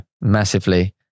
massively